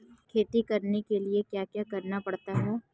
खेती करने के लिए क्या क्या करना पड़ता है?